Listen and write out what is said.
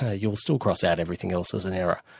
ah you'll still cross out everything else as an error.